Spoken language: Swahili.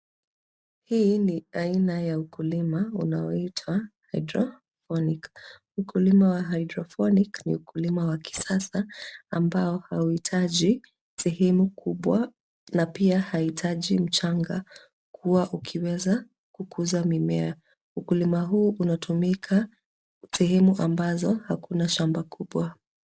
Hii ni aina ya ukulima unayoitwa hydophonic . Ukulima wa hydrophonic ni ukulima wa kisasa ambao hauhitaji sehemu kubwa na pia haihitaji mchanga kuwa ukiweza kukuza mimea. Ukulima huu unatumika sehemu ambazo hakuna shamba kubwa.